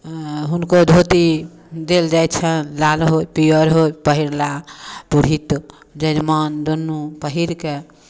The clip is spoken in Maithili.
हुनको धोती देल जाइ छनि लाल होय पिअर होय पहिरलाह पुरहित यजमान दुनू पहिर कऽ